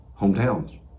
hometowns